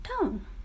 town